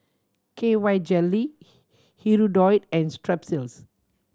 K Y Jelly Hirudoid and Strepsils